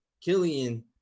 Killian